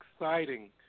exciting